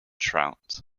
trout